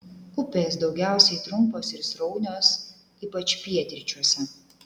upės daugiausiai trumpos ir sraunios ypač pietryčiuose